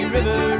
River